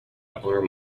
arm